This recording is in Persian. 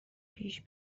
پیش